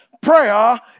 prayer